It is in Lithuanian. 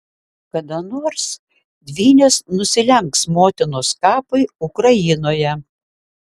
kada nors dvynės nusilenks motinos kapui ukrainoje